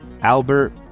Albert